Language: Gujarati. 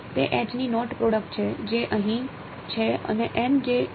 તે ની ડોટ પ્રોડક્ટ છે જે અહીં છે અને જે અહીં છે